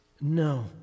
No